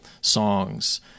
songs